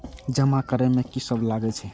जमा करे में की सब लगे छै?